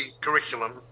curriculum